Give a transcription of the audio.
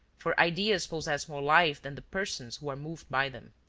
for ideas possess more life than the persons who are moved by them.